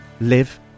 live